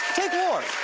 take war.